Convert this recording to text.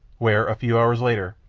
where a few hours later,